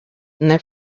there